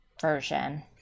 version